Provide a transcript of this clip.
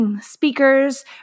speakers